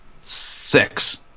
six